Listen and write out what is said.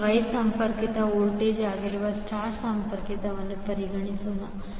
ಈಗ Y ಸಂಪರ್ಕಿತ voltage ಆಗಿರುವ Star ಸಂಪರ್ಕಿತವನ್ನು ಪರಿಗಣಿಸೋಣ